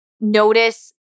notice